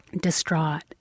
distraught